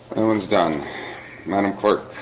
no one's done madam clerk